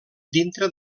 dintre